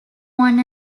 one